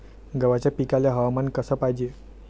गव्हाच्या पिकाले हवामान कस पायजे?